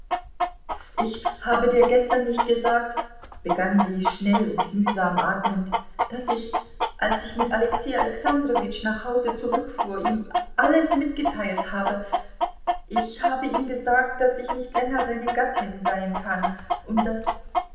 ich habe dir gestern nicht gesagt begann sie schnell und mühsam atmend daß ich als ich mit alexei alexandrowitsch nach hause zurückfuhr ihm alles mitgeteilt habe ich habe ihm gesagt daß ich nicht länger seine gattin sein kann und daß